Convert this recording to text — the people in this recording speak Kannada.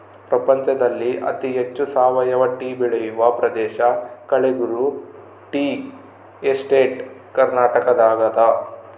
ಪ್ರಪಂಚದಲ್ಲಿ ಅತಿ ಹೆಚ್ಚು ಸಾವಯವ ಟೀ ಬೆಳೆಯುವ ಪ್ರದೇಶ ಕಳೆಗುರು ಟೀ ಎಸ್ಟೇಟ್ ಕರ್ನಾಟಕದಾಗದ